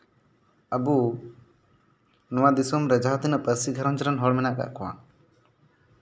ᱟᱹᱵᱩ ᱱᱚᱣᱟ ᱫᱤᱥᱚᱢ ᱨᱮ ᱡᱟᱦᱟᱸ ᱛᱤᱱᱟᱹᱜ ᱯᱟᱹᱨᱥᱤ ᱜᱷᱟᱨᱚᱸᱡᱽ ᱨᱮᱱ ᱦᱚᱲ ᱢᱮᱱᱟᱜ ᱠᱟᱜ ᱠᱚᱣᱟ